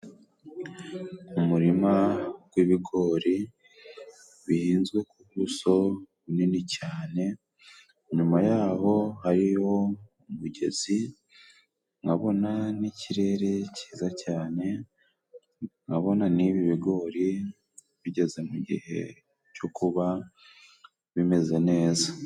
Umurima gw'ibigori bihinzwe ku buso bunini cyane, inyuma yaho hariyo umugezi, nkabona n'ikirere cyiza cyane, nkabona n'ibi bigori bigeze mu gihe cyo kuba bimeze neza.